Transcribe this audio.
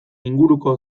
inguruko